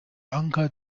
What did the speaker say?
anker